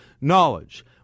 knowledge